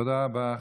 תודה רבה.